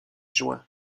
juin